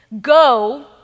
go